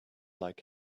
like